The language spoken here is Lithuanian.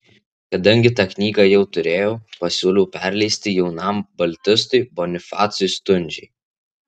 kadangi tą knygą jau turėjau pasiūliau perleisti jaunam baltistui bonifacui stundžiai